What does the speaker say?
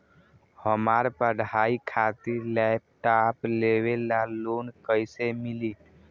हमार पढ़ाई खातिर लैपटाप लेवे ला लोन कैसे मिली?